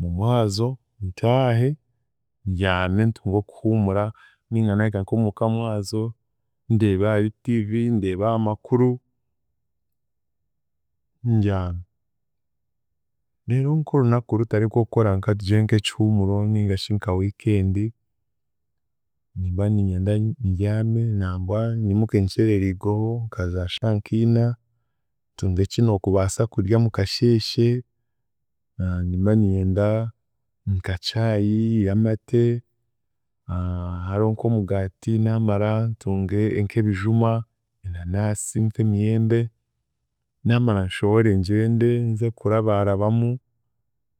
mumwazo ntaahe mbyame ntunge okuhuumura ninga naahika nk’omuka mwazo ndeebe ahari TV ndeebe aha makuru mbyame. Reero nk'orunaku rutari nk’okukora katugire nk’ekihuumuuro, ningashi nka weekend nimba niinyenda mbyame nangwa nyimuke nkyererigweho nkaza shaaha nkiina ntunge eki nookubaasa kudya mukasheeshe nimba niinyenda nka chai y’amaate hariho nk’omugaati naamara ntunge nk’ebijuma enanaasi, nk’emiyembe naamara nshohore ngyende nze kurabaarabamu.